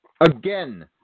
Again